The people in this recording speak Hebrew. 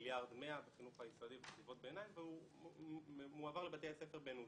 מיליארד בחינוך היסודי ובחטיבות ביניים והוא מועבר לבתי הספר בנוסחה.